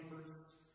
neighbors